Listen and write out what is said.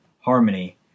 harmony